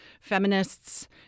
Feminists